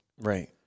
Right